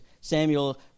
Samuel